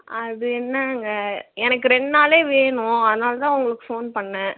அது என்னாங்க எனக்கு ரெண் நாள்லே வேணும் அதனால் தான் உங்களுக்கு ஃபோன் பண்ணேண்